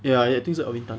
ya I think 是 alvin tan